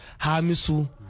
Hamisu